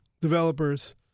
developers